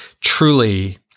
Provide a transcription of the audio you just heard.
truly